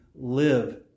live